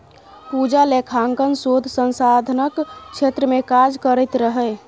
पूजा लेखांकन शोध संधानक क्षेत्र मे काज करैत रहय